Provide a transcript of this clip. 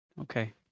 Okay